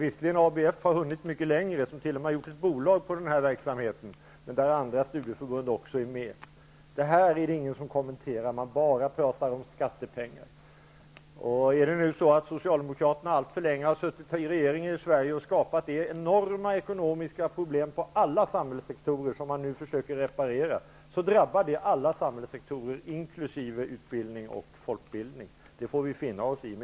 Visserligen har ABF hunnit mycket längre än de andra och t.o.m. gjort ett bolag för den här verksamheten, men också andra studieförbund är med på detta. Ingen kommenterar detta i den här debatten, utan man talar bara om skattepengar. Socialdemokraterna har nu suttit alltför länge i regeringsställning i Sverige och skapat de enorma ekonomiska problem inom alla samhällssektorer som vi nu försöker reparera, och detta drabbar alla samhällssektorer, inkl. utbildning och folkbildning. Det får vi finna oss i.